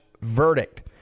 verdict